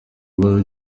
bibazo